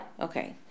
Okay